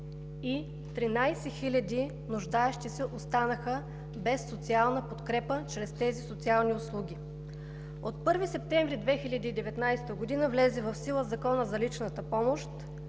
и 13 хиляди нуждаещи се останаха без социална подкрепа чрез тези социални услуги. От 1 септември 2019 г. влезе в сила Законът за личната помощ